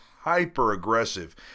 hyper-aggressive